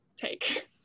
take